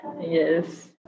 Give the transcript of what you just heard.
Yes